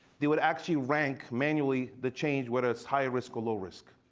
they would actually rank manually the change, whether it's high risk or low risk.